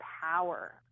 power